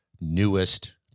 newest